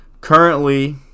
currently